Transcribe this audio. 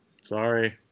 Sorry